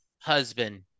husband